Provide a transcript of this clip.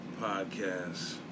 Podcast